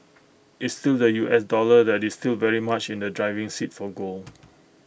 it's still the U S dollar that is still very much in the driving seat for gold